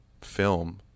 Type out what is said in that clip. film